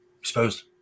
Exposed